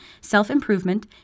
self-improvement